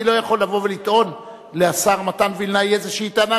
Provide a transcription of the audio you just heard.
אני לא יכול לבוא ולטעון לשר מתן וילנאי איזו טענה,